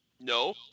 No